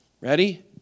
ready